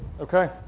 Okay